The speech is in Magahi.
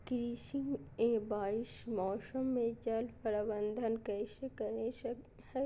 कृषि में बरसाती मौसम में जल प्रबंधन कैसे करे हैय?